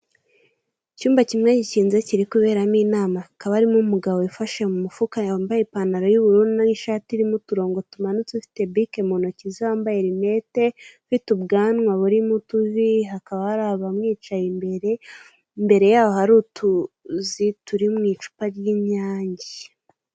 Icyumba kimwe gikinze kiri kuberamo inama hakaba harimo umugabo wifashe mu mufuka yambaye ipantaro y'ubururu n'ishati irimo uturomgo tumanutse ufite bike mu ntoki ze wambaye rinete, ufite ubwanwa burimo utuvi hakaba hari abamwicaye imbere, imbere yaho hari utuzi turi mu icupa ry'inyange.